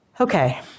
Okay